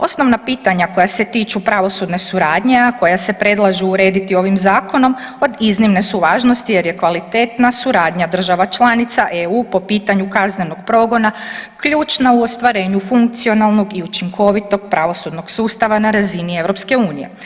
Osnovna pitanja koja se tiču pravosudne suradnje, a koja se predlažu urediti ovim Zakonom od iznimne su važnosti jer je kvalitetna suradnja država članica EU po pitanju kaznenog progona ključna u ostvarenju funkcionalnog i učinkovitog pravosudnog sustava na razini EU.